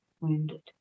wounded